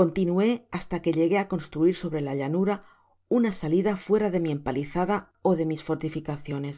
continué hasta que llegué á construir sobrela llanura una salida fuera de mi empalizada ó de mis fortificaciones